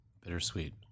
bittersweet